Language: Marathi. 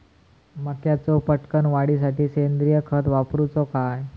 मक्याचो पटकन वाढीसाठी सेंद्रिय खत वापरूचो काय?